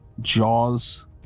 Jaws